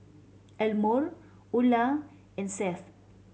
Elmore Ula and Seth